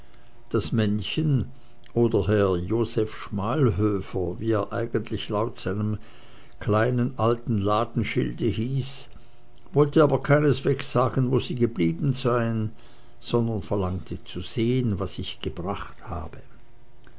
das männchen oder herr joseph schmalhöfer wie er eigentlich laut seinem kleinen alten ladenschilde hieß wollte aber keineswegs sagen wo sie geblieben seien sondern verlangte zu sehen was ich gebracht habe